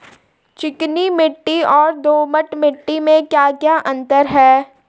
चिकनी मिट्टी और दोमट मिट्टी में क्या क्या अंतर है?